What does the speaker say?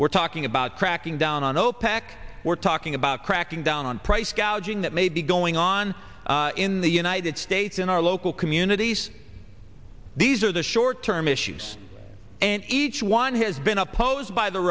we're talking about cracking down on opec we're talking about cracking down on price gouging that may be going on in the united states in our local communities these are the short term issues and each one has been opposed by the